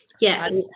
Yes